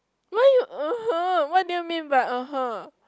why you (uh huh) what do you mean by (uh huh)